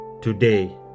today